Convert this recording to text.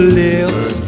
lips